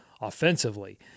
offensively